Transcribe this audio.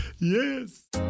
Yes